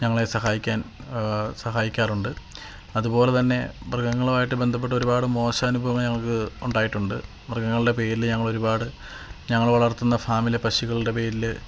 ഞങ്ങളെ സഹായിക്കാന് സഹായിക്കാറുണ്ട് അതുപോലെ തന്നെ മൃഗങ്ങളുവായിട്ട് ബന്ധപ്പെട്ടൊരുപാട് മോശനുഭവം ഞങ്ങൾക്ക് ഉണ്ടായിട്ടുണ്ട് മൃഗങ്ങളുടെ പേരിൽ ഞങ്ങളൊരുപാട് ഞങ്ങൾ വളര്ത്തുന്ന ഫാമിലെ പശുക്കളുടെ പേരിൽ